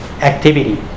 activity